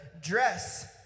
dress